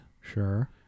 Sure